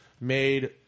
made